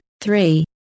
three